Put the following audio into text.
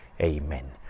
Amen